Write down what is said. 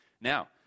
Now